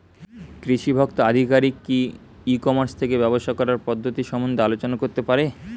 কৃষি ভোক্তা আধিকারিক কি ই কর্মাস থেকে ব্যবসা করার পদ্ধতি সম্বন্ধে আলোচনা করতে পারে?